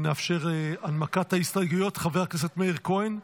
נאפשר הנמקת ההסתייגויות, חבר הכנסת מאיר כהן,